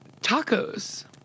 Tacos